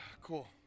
cool